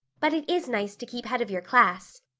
but it is nice to keep head of your class.